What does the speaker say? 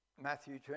Matthew